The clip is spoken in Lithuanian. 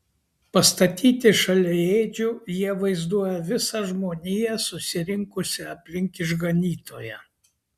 pastatyti šalia ėdžių jie vaizduoja visą žmoniją susirinkusią aplink išganytoją